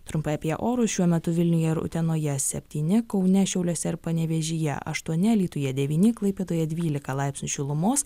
trumpai apie orus šiuo metu vilniuje ir utenoje septyni kaune šiauliuose ir panevėžyje aštuoni alytuje devyni klaipėdoje dvylika laipsnių šilumos